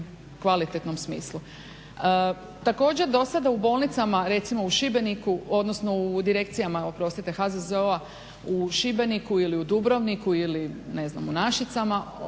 kvalitetnom smislu. Također, dosada u bolnicama, recimo u Šibeniku, odnosno u direkcijama oprostite HZZO-a u Šibeniku, ili u Dubrovniku ili ne znam u Našicama,